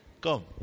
Come